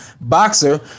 boxer